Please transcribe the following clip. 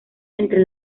entre